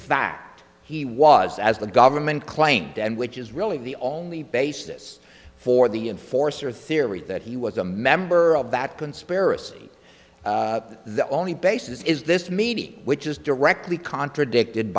fact he was as the government claimed and which is really the only basis for the enforcer theory that he was a member of that conspiracy the only basis is this meeting which is directly contradicted